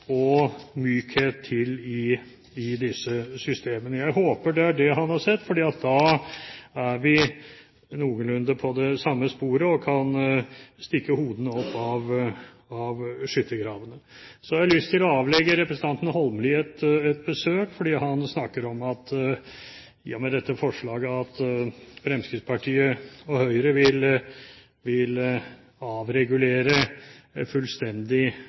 og mykhet til i disse systemene. Jeg håper det er det han har sett, for da er vi noenlunde på det samme sporet og kan stikke hodene opp av skyttergravene. Så har jeg lyst til å avlegge representanten Holmelid et besøk. Han snakker om at med dette forslaget vil Fremskrittspartiet og Høyre avregulere landbruket fullstendig.